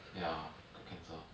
ya good cancel